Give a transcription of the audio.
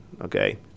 Okay